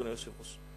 אדוני היושב-ראש.